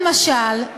למשל,